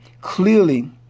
clearly